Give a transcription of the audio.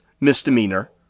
misdemeanor